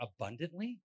abundantly